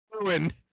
ruined